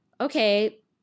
okay